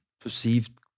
perceived